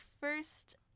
first